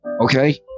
Okay